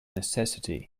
necessity